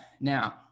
now